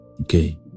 Okay